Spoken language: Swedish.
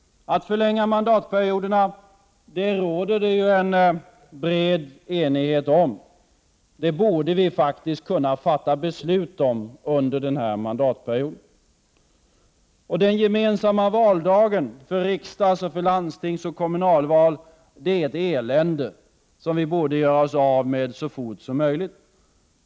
Att förlänga mandatperioderna råder det en bred enighet om. Det borde vi faktiskt kunna fatta beslut om under denna mandatperiod. Den gemensamma valdagen för riksdagsval, landstingsoch kommunalval är ett elände som vi borde göra oss av med så fort som möjligt.